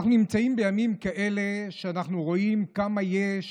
אנחנו נמצאים בימים כאלה שרואים כמה יש